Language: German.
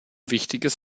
wichtiges